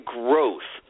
growth